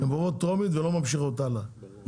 הן עוברות בטרומית ולא ממשיכות הלאה,